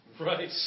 Right